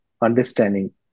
understanding